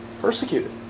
persecuted